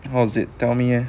how is it tell me leh